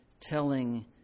telling